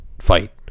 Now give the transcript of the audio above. fight